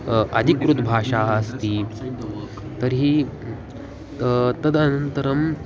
अधिकृत्भाषाः अस्ति तर्हि तदनन्तरं